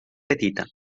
petita